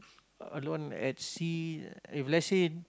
alone at sea if let's say